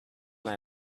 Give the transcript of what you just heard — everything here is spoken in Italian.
hai